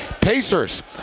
Pacers